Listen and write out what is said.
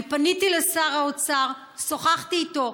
אני פניתי לשר האוצר ושוחחתי איתו,